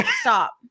stop